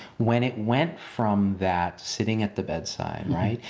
when it went from that sitting at the bedside, right.